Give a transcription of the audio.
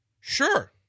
Sure